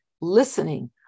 listening